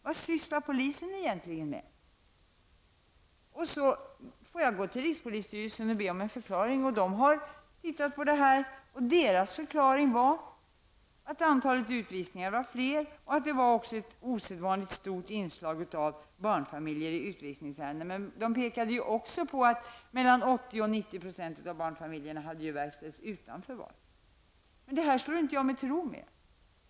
Vad sysslar polisen egentligen med? Jag bad rikspolisstyrelsen om en förklaring. Dess förklaring var att antalet utvisningar var högre och att det var ett osedvanligt stort inslag av barnfamiljer i utvisningsärendena. Man pekade också på att mellan 80 och 90 % av utvisningarna hade verkställts utan förvar av barn. Detta slår jag mig inte till ro med.